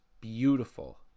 beautiful